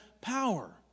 power